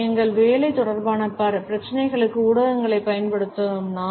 எங்கள் வேலை தொடர்பான பிரச்சினைகளுக்கு ஊடகங்களைப் பயன்படுத்தும் நாள்